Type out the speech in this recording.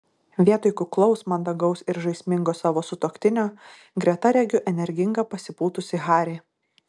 vietoj kuklaus mandagaus ir žaismingo savo sutuoktinio greta regiu energingą pasipūtusį harį